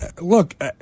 look